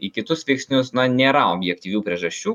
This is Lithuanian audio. į kitus veiksnius na nėra objektyvių priežasčių